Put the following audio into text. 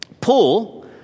Paul